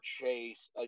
Chase